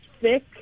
thick